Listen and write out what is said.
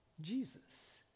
Jesus